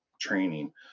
training